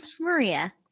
Maria